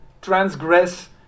transgress